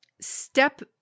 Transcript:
step